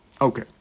Okay